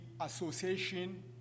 Association